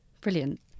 Brilliant